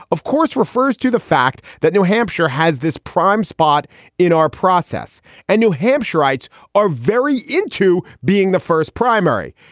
of course, refers to the fact that new hampshire has this prime spot in our process and new hampshirites are very into being the first primary,